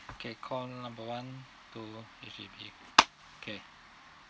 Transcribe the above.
okay call number one two H_D_B okay